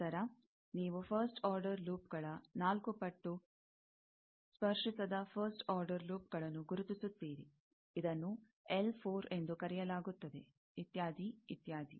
ನಂತರ ನೀವು first order ಲೂಪ್ಗಳ ನಾಲ್ಕು ಪಟ್ಟು ಸ್ಪರ್ಶಿಸದ ಫಸ್ಟ್ ಆರ್ಡರ್ ಲೂಪ್ಗಳನ್ನು ಗುರುತಿಸುತ್ತೀರಿ ಇದನ್ನು ಎಲ್ 4 ಎಂದು ಕರೆಯಲಾಗುತ್ತದೆ ಇತ್ಯಾದಿ ಇತ್ಯಾದಿ